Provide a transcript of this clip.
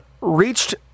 reached